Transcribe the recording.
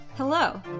Hello